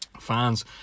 fans